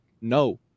No